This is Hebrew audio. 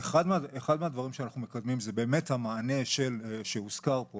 אחד מהדברים שאנחנו מקדמים זה באמת המענה שהוזכר פה,